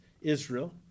Israel